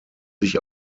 sich